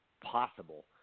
possible